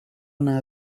una